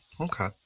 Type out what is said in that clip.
okay